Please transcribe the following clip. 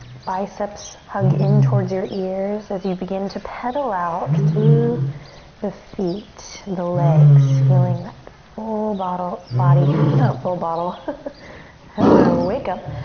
biceps hug in towards your ears as you begin to pedal out through the feet, the legs. feeling that full bottle body, not full bottle. hello, wake up!